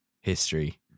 history